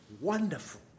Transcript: wonderful